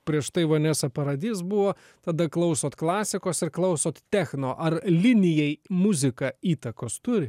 prieš tai vanesa paradis buvo tada klausot klasikos ir klausot techno ar linijai muzika įtakos turi